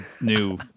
new